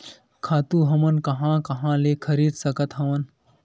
खातु हमन कहां कहा ले खरीद सकत हवन?